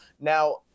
Now